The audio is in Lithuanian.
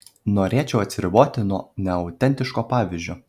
norėčiau atsiriboti nuo neautentiško pavyzdžio